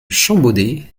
champbaudet